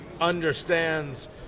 understands